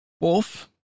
wolf